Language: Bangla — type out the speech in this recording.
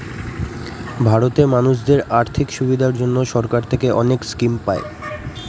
ভারতে মানুষদের আর্থিক সুবিধার জন্য সরকার থেকে অনেক স্কিম পায়